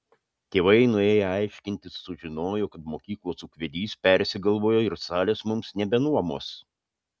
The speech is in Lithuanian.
tėvai nuėję aiškintis sužinojo kad mokyklos ūkvedys persigalvojo ir salės mums nebenuomos